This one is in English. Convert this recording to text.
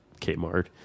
Kmart